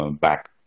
back